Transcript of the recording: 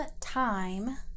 time